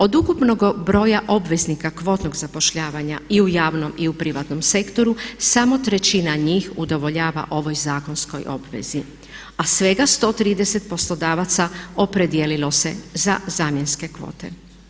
Od ukupnog broja obveznika kvotnog zapošljavanja i u javnom i u privatnom sektoru samo trećina njih udovoljava ovoj zakonskoj obvezi, a svega 130 poslodavaca opredijelilo se za zamjenske kvote.